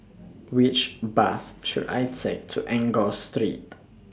Which Bus should I Take to Enggor Street